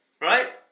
right